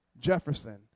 Jefferson